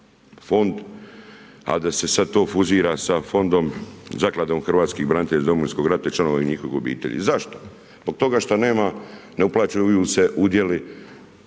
a da se to sada fuzira sa fondom, zakladom hrvatskih branitelja iz Domovinskog rata i članova njihovih obitelji. Zašto? Zbog toga što nema ne uplaćuju se udjeli